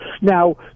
Now